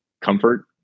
comfort